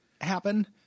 happen